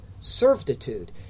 Servitude